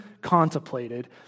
contemplated